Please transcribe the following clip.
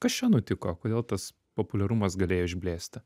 kas čia nutiko kodėl tas populiarumas galėjo išblėsti